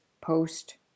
post